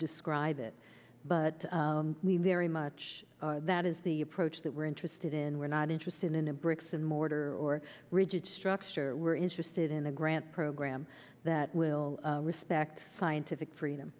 describe it but we very much that is the approach that we're interested in we're not interested in a bricks and mortar or rigid structure we're interested in the grant program that will respect scientific freedom